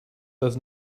does